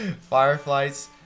fireflies